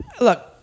Look